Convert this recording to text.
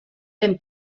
ben